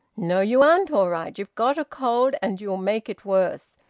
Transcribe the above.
no, you aren't all right. you've got a cold and you'll make it worse,